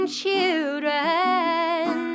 children